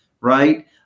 right